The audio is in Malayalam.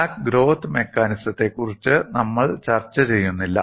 ക്രാക്ക് ഗ്രോത്ത് മെക്കാനിസത്തെക്കുറിച്ച് നമ്മൾ ചർച്ച ചെയ്യുന്നില്ല